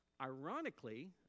Ironically